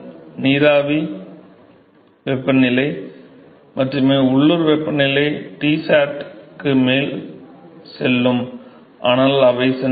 நீராவி வெப்பநிலை மட்டுமே உள்ளூர் வெப்பநிலை Tsat க்கு மேல் செல்லும் ஆனால் அவை சென்றுவிடும்